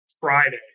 Friday